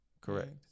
correct